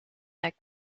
that